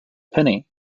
penny